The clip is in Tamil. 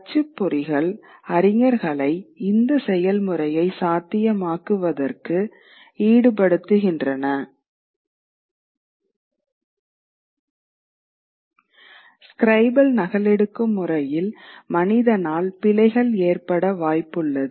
அச்சுப்பொறிகள் அறிஞர்களை இந்த செயல்முறையை சாத்தியமாக்குவதற்கு ஈடுபடுத்துகின்றன ஸ்கிரைபல் நகலெடுக்கும் முறையில் மனிதனால் பிழைகள் ஏற்பட வாய்ப்புள்ளது